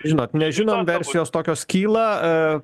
žinot nežinom versijos tokios kyla